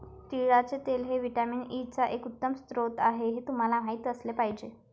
तिळाचे तेल हे व्हिटॅमिन ई चा एक उत्तम स्रोत आहे हे तुम्हाला माहित असले पाहिजे